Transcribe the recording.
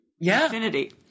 infinity